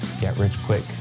get-rich-quick